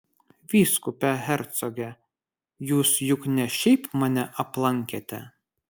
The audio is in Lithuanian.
vyskupe hercoge jūs juk ne šiaip mane aplankėte